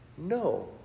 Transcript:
No